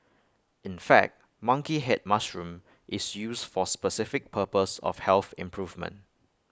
in fact monkey Head mushroom is used for specific purpose of health improvement